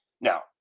Now